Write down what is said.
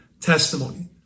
testimony